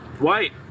White